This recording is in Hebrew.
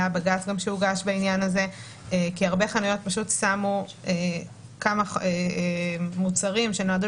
היה גם בג"ץ שהוגש בעניין הזה כי הרבה חנויות שמו כמה מוצרים שנועדו